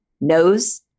Nose